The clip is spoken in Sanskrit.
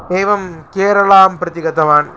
एवं केरलं प्रति गतवान्